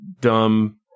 dumb